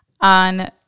on